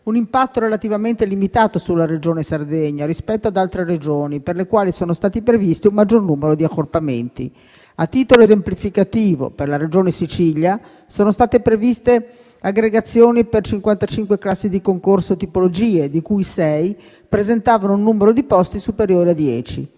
un impatto relativamente limitato sulla Regione Sardegna rispetto ad altre Regioni per le quali sono stati previsti un maggior numero di accorpamenti. A titolo esemplificativo, per la Regione Sicilia sono state previste aggregazioni per cinquantacinque classi di concorso e tipologie, di cui sei presentavano un numero di posti superiore a